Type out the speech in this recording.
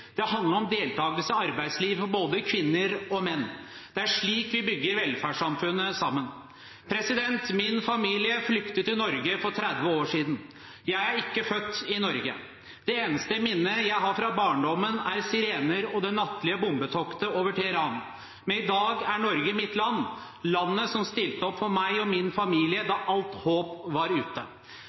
Det handler om deltakelse i arbeidslivet for både kvinner og menn. Det er slik vi bygger velferdssamfunnet sammen. Min familie flyktet til Norge for 30 år siden. Jeg er ikke født i Norge. Det eneste minnet jeg har fra barndommen, er sirener og det nattlige bombetoktet over Teheran. Men i dag er Norge mitt land, landet som stilte opp for meg og min familie da alt håp var ute.